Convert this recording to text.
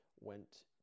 went